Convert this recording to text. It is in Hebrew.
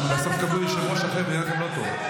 בסוף תקבלו יושב-ראש אחר, ויהיה לכם לא טוב.